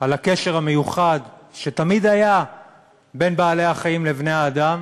על הקשר המיוחד שתמיד היה בין בעלי-החיים לבני-האדם,